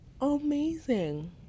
amazing